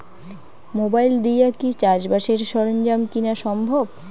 Mobile দিয়া কি চাষবাসের সরঞ্জাম কিনা সম্ভব?